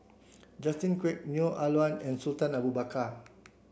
Justin Quek Neo Ah Luan and Sultan Abu Bakar